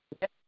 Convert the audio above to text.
Yes